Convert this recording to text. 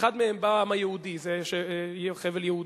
אחד מהם, בא העם היהודי, זה חבל יהודה.